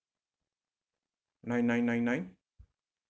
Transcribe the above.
nine nine nine nine